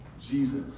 Jesus